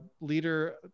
leader